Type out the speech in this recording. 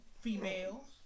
females